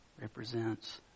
represents